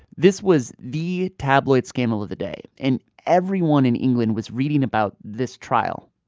this was the tabloid scandal of the day. and everyone in england was reading about this trial.